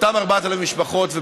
לאותם 4,000 ולמשפחות,